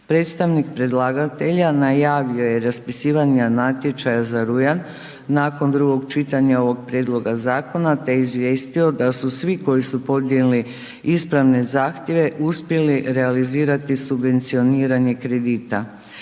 Predstavnik predlagatelja najavio je raspisivanje natječaje za rujan nakon drugog čitanja ovog prijedloga zakona te izvijestio da su svi koji su podnijeli ispravne zahtjeve uspjeli realizirati subvencioniranje kredita.